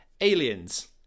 aliens